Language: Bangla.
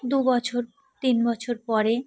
দু বছর তিন বছর পরে